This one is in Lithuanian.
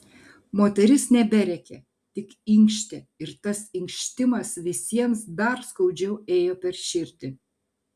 moteris neberėkė tik inkštė ir tas inkštimas visiems dar skaudžiau ėjo per širdį